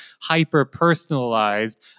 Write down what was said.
hyper-personalized